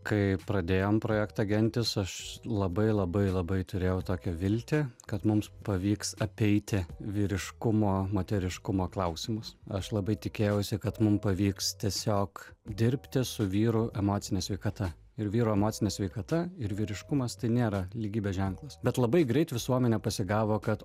kai pradėjom projektą gentis aš labai labai labai turėjau tokią viltį kad mums pavyks apeiti vyriškumo moteriškumo klausimus aš labai tikėjausi kad mum pavyks tiesiog dirbti su vyrų emocine sveikata ir vyro emocinė sveikata ir vyriškumas tai nėra lygybės ženklas bet labai greit visuomenė pasigavo kad